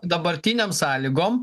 dabartinėm sąlygom